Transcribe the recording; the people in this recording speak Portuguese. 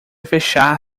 fechar